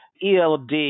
ELD